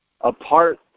apart